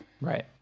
Right